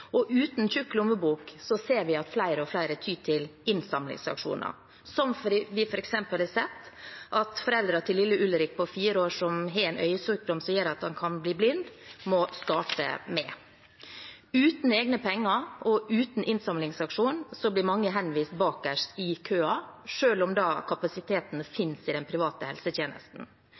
Uten tjukk lommebok ser vi at flere og flere tyr til innsamlingsaksjoner, som vi f.eks. har sett at foreldrene til lille Ulrik på 4 år, som har en øyesykdom som gjør at han kan bli blind, må starte med. Uten egne penger og uten innsamlingsaksjon blir mange henvist bakerst i køen, selv om kapasiteten fins i den private helsetjenesten.